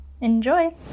Enjoy